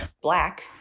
black